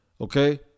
Okay